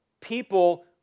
people